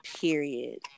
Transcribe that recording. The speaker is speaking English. period